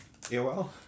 AOL